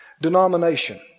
denomination